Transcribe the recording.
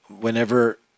Whenever